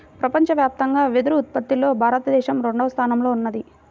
ప్రపంచవ్యాప్తంగా వెదురు ఉత్పత్తిలో భారతదేశం రెండవ స్థానంలో ఉన్నది